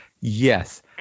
Yes